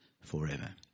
forever